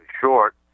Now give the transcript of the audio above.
short